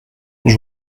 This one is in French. vous